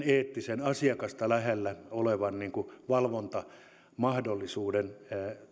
eettisen asiakasta lähellä olevan valvontamahdollisuuden